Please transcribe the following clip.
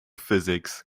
physics